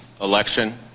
election